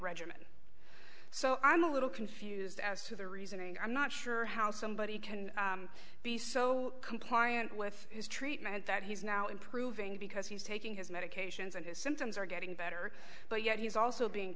regimen so i'm a little confused as to the reasoning i'm not sure how somebody can be so compliant with his treatment that he's now improving because he's taking his medications and his symptoms are getting better but yet he's also being